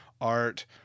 art